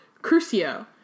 Crucio